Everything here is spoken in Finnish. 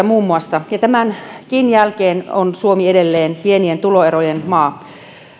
muun muassa vanhuspalvelulain myötä ja tämänkin jälkeen on suomi edelleen pienien tuloerojen maa